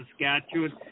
Saskatchewan